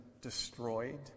destroyed